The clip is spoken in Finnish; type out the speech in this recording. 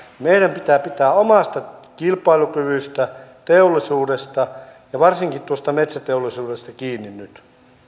meidän pitää pitää omasta kilpailukyvystä teollisuudesta ja varsinkin tuosta metsäteollisuudesta kiinni nyt